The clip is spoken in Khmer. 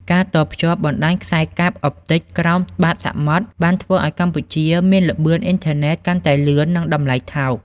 ការតភ្ជាប់បណ្ដាញខ្សែកាបអុបទិកក្រោមបាតសមុទ្របានធ្វើឱ្យកម្ពុជាមានល្បឿនអ៊ីនធឺណិតកាន់តែលឿន និងតម្លៃថោក។